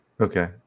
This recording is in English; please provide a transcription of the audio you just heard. Okay